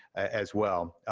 as well.